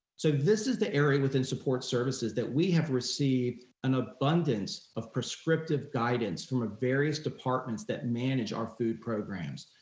so this is the area within support services that we have received an abundance of prescriptive guidance from the various departments that manage our food programs,